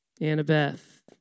Annabeth